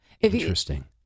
Interesting